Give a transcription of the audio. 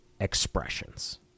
expressions